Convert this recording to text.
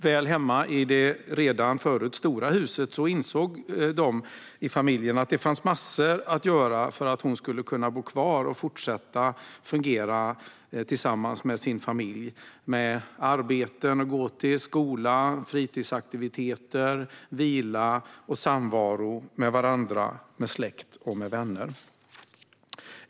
Väl hemma i det stora huset insåg familjen att det fanns massor att göra för att Maria skulle kunna bo kvar och fortsätta fungera tillsammans med sin familj - med arbete, skola, fritidsaktiviteter, vila och samvaro med släkt och vänner.